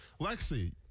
lexi